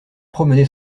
promené